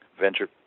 Venture